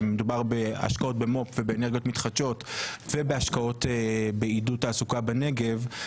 שמדובר בהשקעות במו"פ ובאנרגיות מתחדשות ובהשקעות בעידוד תעסוקה בנגב,